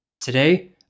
Today